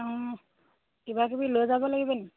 অঁ কিবাকিবি লৈ যাব লাগিব নেকি